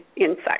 insects